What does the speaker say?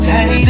Hey